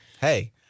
hey